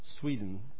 Sweden